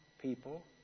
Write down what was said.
people